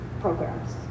programs